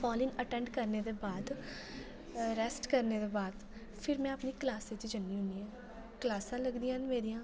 फालिन्स attend करने दे बाद रेस्ट करने दे बाद फिर में अपनी कलॉसै च ज'न्नी होनी आं कलॉसां लगदियां न मेरियां